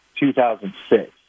2006